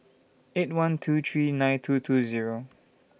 eight one two three nine two two Zero